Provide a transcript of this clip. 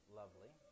lovely